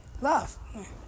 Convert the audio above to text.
Love